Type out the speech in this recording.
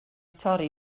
torri